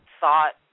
thought